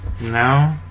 No